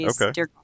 Okay